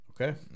Okay